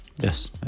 Yes